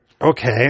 okay